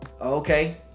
okay